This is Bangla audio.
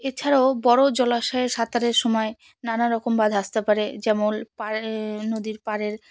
এছাড়াও বড় জলাশয়ে সাঁতারের সময় নানাারকম বাঁধা আসতে পারে যেমন পা নদীর পাড়ের